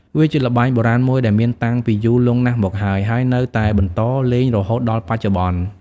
វាជាល្បែងបុរាណមួយដែលមានតាំងពីយូរលង់ណាស់មកហើយ ហើយនៅតែបន្តលេងរហូតដល់បច្ចុប្បន្ន ។